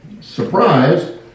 surprise